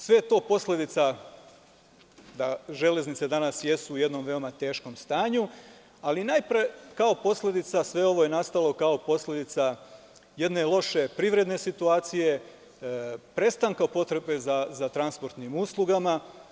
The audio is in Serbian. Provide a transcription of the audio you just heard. Sve je to posledica da železnice danas jesu u jednom veoma teškom stanju ali najpre sve ovo je nastalo kao posledica jedne loše privredne situacije, prestanka potrebe za transportnim uslugama.